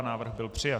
Návrh byl přijat.